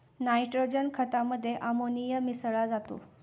nitrogen खतामध्ये ammonia मिसळा जातो